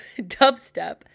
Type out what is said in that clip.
dubstep